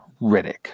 Riddick